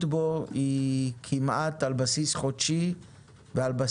בו היא כמעט על בסיס חודשי ושנתי.